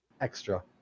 extra